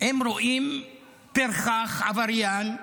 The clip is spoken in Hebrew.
הם רואים פרחח, עבריין,